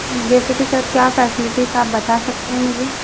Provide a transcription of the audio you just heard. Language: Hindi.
जैसे कि सर क्या फैसिलिटीज आप बता सकते हैं मुझे